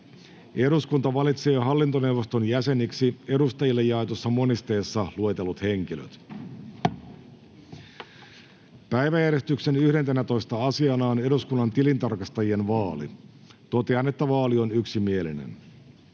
Eduskunta valitsee hallintoneuvoston jäseniksi edustajille jaetussa monisteessa luetellut henkilöt. Päiväjärjestyksen 11. asiana on eduskunnan tilintarkastajien vaali. Totean, että vaali on yksimielinen.